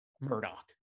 Murdoch